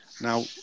Now